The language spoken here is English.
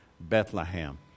Bethlehem